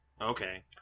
Okay